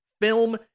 film